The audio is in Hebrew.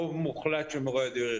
רוב מוחלט של מורי הדרך,